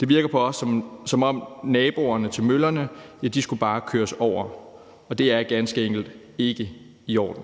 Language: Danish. Det virker på os, som om naboerne til møllerne bare skulle køres over, og det er ganske enkelt ikke i orden.